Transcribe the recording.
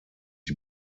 die